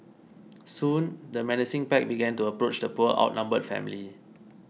soon the menacing pack began to approach the poor outnumbered family